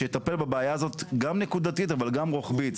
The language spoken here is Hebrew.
שיטפל בבעיה הזאת גם נקודתית אבל גם רוחבית.